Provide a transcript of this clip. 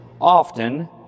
often